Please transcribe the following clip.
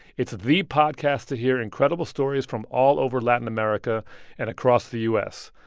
it's the podcast to hear incredible stories from all over latin america and across the u s.